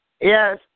Yes